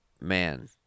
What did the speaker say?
Man